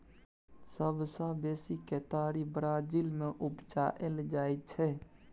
सबसँ बेसी केतारी ब्राजील मे उपजाएल जाइ छै